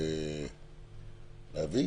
להביא?